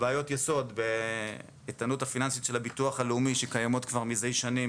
ובעיות יסוד באיתנות הפיננסית של הביטוח הלאומי שקיימות כבר מזה שנים,